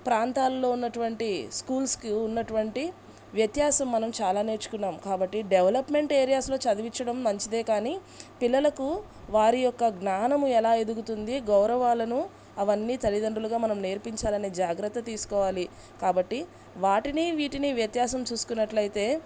ప్రాంతాల్లో ఉన్నటువంటి స్కూల్స్కి ఉన్నటువంటి వ్యత్యాసం మనం చాలా నేర్చుకున్నాము కాబట్టి డెవలప్మెంట్ ఏరియాస్లో చదివిచ్చడం మంచిదే కానీ పిల్లలకు వారి యొక్క జ్ఞానము ఎలా ఎదుగుతుంది గౌరవాలను అవన్నీ తల్లిదండ్రులుగా మనం నేర్పించాలనే జాగ్రత్త తీసుకోవాలి కాబట్టి వాటిని వీటిని వ్యత్యాసం చూసుకున్నట్లయితే